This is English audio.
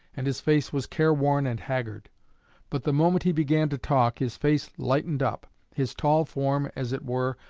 and his face was careworn and haggard but the moment he began to talk his face lightened up, his tall form, as it were,